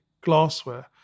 glassware